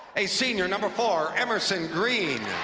a senior number four, emerson green.